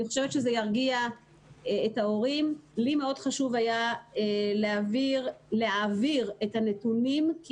היה לי מאוד חשוב להעביר את הנתונים כי